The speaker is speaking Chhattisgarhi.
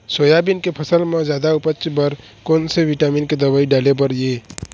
सोयाबीन के फसल म जादा उपज बर कोन से विटामिन के दवई डाले बर ये?